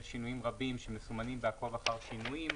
שינויים רבים שמסומנים ב"עקוב אחר שינויים".